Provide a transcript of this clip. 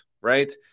right